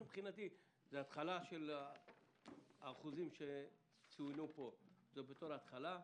מבחינתי האחוזים שצוינו פה הם ההתחלה.